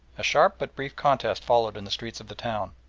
a sharp but brief contest followed in the streets of the town,